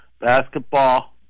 basketball